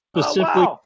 specifically